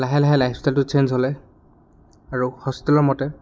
লাহে লাহে লাইফষ্টাইলটো চেঞ্জ হ'লে আৰু হোষ্টেলৰ মতে